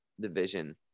division